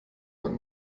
man